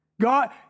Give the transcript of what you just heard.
God